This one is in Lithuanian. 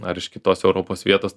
ar iš kitos europos vietos